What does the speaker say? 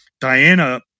Diana-